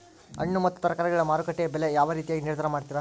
ಹಣ್ಣು ಮತ್ತು ತರಕಾರಿಗಳ ಮಾರುಕಟ್ಟೆಯ ಬೆಲೆ ಯಾವ ರೇತಿಯಾಗಿ ನಿರ್ಧಾರ ಮಾಡ್ತಿರಾ?